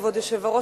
כבוד היושב-ראש,